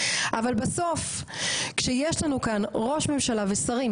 אבל בסוף כשיש לנו כאן ראש ממשלה ושרים